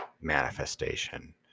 manifestation